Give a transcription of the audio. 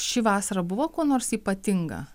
ši vasara buvo kuo nors ypatinga